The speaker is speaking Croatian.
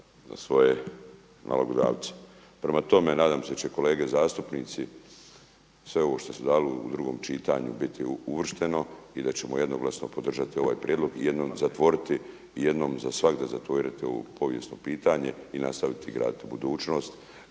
tada svoje nalogodavce. Prema tome, nadam se da će kolege zastupnici sve ovo što se dalo u drugom čitanju biti uvršteno i da ćemo jednoglasno podržati ovaj prijedlog i jednom zatvoriti, jednom za svagda zatvoriti ovo povijesno pitanje i nastaviti graditi budućnost